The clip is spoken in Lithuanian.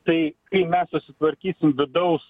tai kai mes susitvarkysim vidaus